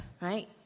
right